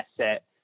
asset